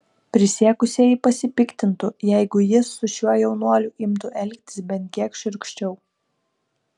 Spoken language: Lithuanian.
prisiekusieji pasipiktintų jeigu jis su šiuo jaunuoliu imtų elgtis bent kiek šiurkščiau